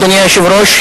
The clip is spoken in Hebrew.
אדוני היושב-ראש,